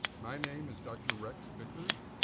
my name is dr. rex bickers,